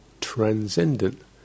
transcendent